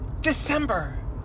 December